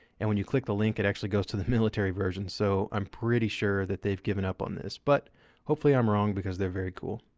and when you click the link, it actually goes to the military version. so, i'm pretty sure that they've given up on this, but hopefully i'm wrong because they're very cool.